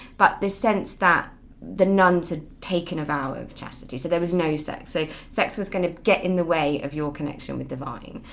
but this sense that the nuns had taken a vow of chastity so there was no sex. so sex was going to get in the way of your connection with divine,